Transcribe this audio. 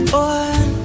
on